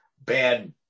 bad